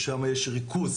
ששם יש ריכוז